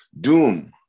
Doom